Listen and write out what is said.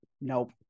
Nope